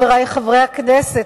חברי חברי הכנסת,